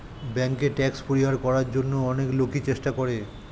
ব্যাংকে ট্যাক্স পরিহার করার জন্য অনেক লোকই চেষ্টা করে